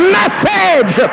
message